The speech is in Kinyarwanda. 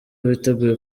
biteguye